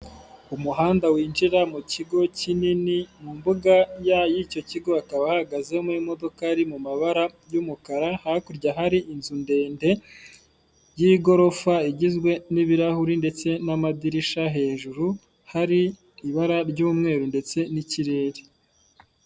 Umuhanda winjira mu kigo kinini, mu mbuga y'icyo kigo hakaba hahagaze imodokari mu mabara y'umukara, hakurya hari inzu ndende y'igorofa igizwe n'ibirahure ndetse n'amadirishya, hejuru hari ibara ry'umweru ndetse n'ikirere.